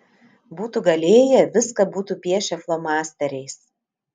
būtų galėję viską būtų piešę flomasteriais